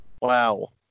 Wow